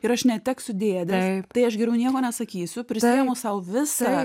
ir aš neteksiu dėdės tai aš geriau nieko nesakysiu prisiimu sau visą